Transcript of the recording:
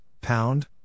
Pound